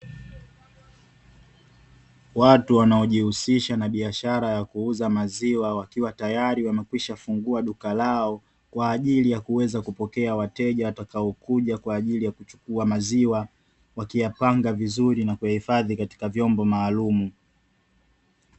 Watu wanaojihusisha na biashara ya kuuza maziwa wakiwa tayari wakisha fungua duka lao, kwa ajili ya kuweza kupokea wateja watakaokuja kwa ajili ya kuchukua maziwa, wakiyapanga vizuri na kuyahifadhi katika vyombo maalumu.